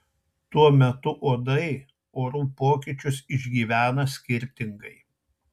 tuo metu uodai orų pokyčius išgyvena skirtingai